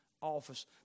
office